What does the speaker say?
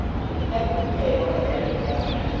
she stepped to the table and laid it down.